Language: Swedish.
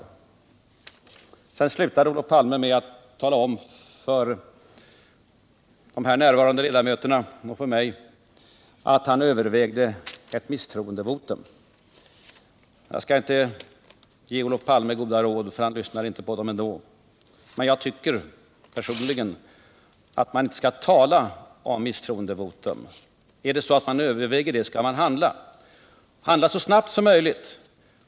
Olof Palme slutade sitt inlägg med att tala om för de här närvarande ledamöterna och för mig att han övervägde ett misstroendevotum. Jag skall inte ge Olof Palme goda råd, för han lyssnar ändå inte till dem, men jag tycker personligen att man inte så vårdslöst skall tala om misstroendevotum. Är det så att man överväger det skall man handla och handla så snabbt som möjligt.